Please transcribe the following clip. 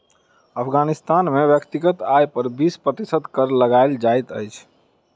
अफ़ग़ानिस्तान में व्यक्तिगत आय पर बीस प्रतिशत कर लगायल जाइत अछि